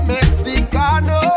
Mexicano